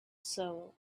soul